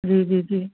जी जी जी